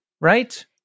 right